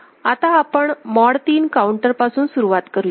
आता आपण mod ३ counter पासून सुरवात करूया